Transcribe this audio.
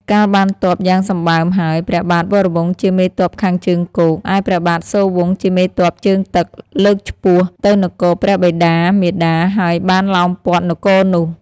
កាលបានទ័ព យ៉ាងសម្បើមហើយ ព្រះបាទវរវង្សជាមេទ័ពខាងជើងគោក ឯព្រះបាទសូរវង្សជាមេទ័ពជើងទឹក លើកឆ្ពោះ ទៅនគរព្រះបិតា-មាតា ហើយបានឡោមព័ទ្ធនគរនោះ។